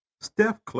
Steph